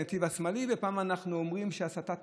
ופעם אנחנו אומרים שהנסיעה בנתיב השמאלי,